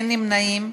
אין נמנעים.